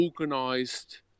organised